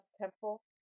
temple